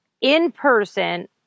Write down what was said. in-person